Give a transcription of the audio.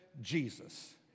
Jesus